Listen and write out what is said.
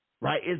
right